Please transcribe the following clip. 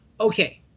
okay